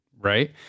Right